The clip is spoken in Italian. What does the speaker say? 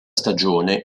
stagione